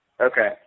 Okay